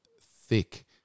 thick